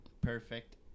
perfect